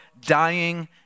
dying